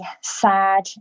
sad